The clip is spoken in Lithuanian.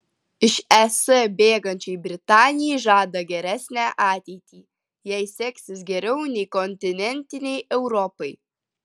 iš es bėgančiai britanijai žada geresnę ateitį jai seksis geriau nei kontinentinei europai